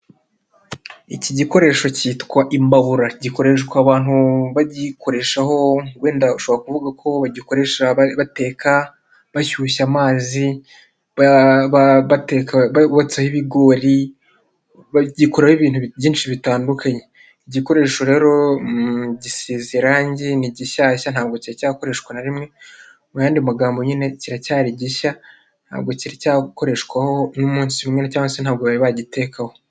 Iki gikoresho cyitwa imbabura. Gikoreshwa abantu bagikoreshaho wenda ushobora kuvuga ko bagikoresha bateka, bashyushya amazi, botsaho ibigori, bagikoraraho ibintu byinshi bitandukanye, igikoresho rero mu gisize irangi, ni gishyashya ntabwo kiracyakoreshwa na rimwe muyandidi magambo nyine kiracyari gishya. Ntabwo cyari cyakoreshwaho n'umunsi umwe cyangwa se ntabwo bari bagitekaho.